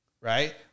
right